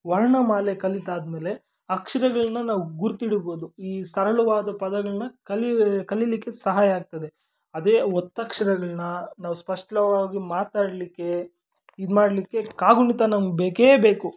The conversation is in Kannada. ವರ್ಣಮಾಲೆ ಕಲಿತಾದ ಮೇಲೆ ಅಕ್ಷರಗಳನ್ನ ನಾವು ಗುರ್ತು ಹಿಡೀಬೋದು ಈ ಸರಳವಾದ ಪದಗಳನ್ನ ಕಲೀ ಕಲಿಯಲಿಕ್ಕೆ ಸಹಾಯ ಆಗ್ತದೆ ಅದೇ ಒತ್ತಕ್ಷರಗಳನ್ನ ನಾವು ಸ್ಪಷ್ಟವಾಗಿ ಮಾತಾಡಲಿಕ್ಕೆ ಇದು ಮಾಡಲಿಕ್ಕೆ ಕಾಗುಣಿತ ನಮ್ಗೆ ಬೇಕೇ ಬೇಕು